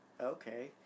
okay